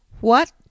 What